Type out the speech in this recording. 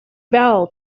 val